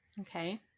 Okay